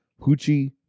Hoochie